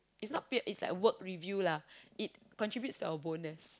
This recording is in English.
it's not peer it's like work review lah it contributes to our bonus